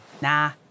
Nah